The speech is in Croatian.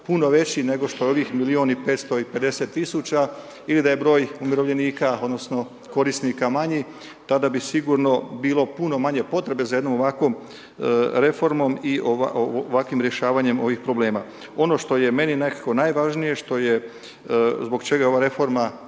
puno veći nego što je ovih milijun i 550 000 ili da je broj umirovljenika odnosno korisnika manji, tad bi sigurno bilo puno manje potrebe za jednom ovakvom reformom ovakvim rješavanjem ovih problema. Ono što je meni nekako najvažnije, zbog čega je ova reforma